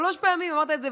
שלוש פעמים אמרת את זה,